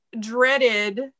dreaded